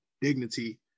dignity